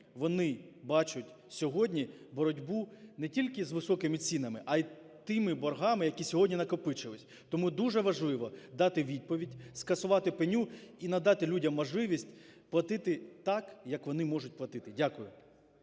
вони бачать сьогодні боротьбу не тільки з високими цінами, а і тими боргами, які сьогодні накопичились. Тому дуже важливо дати відповідь, скасувати пеню і надати людям можливість плати так, як вони можуть платити. Дякую.